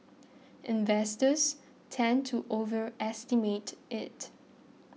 investors tend to overestimate it